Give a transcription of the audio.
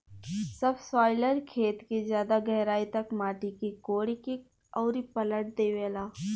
subsoiler खेत के ज्यादा गहराई तक माटी के कोड़ के अउरी पलट देवेला